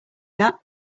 that